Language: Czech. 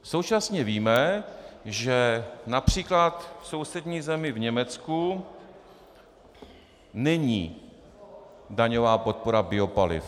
Současně víme, že např. v sousední zemi v Německu není daňová podpora biopaliv.